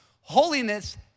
Holiness